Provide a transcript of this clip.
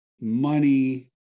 money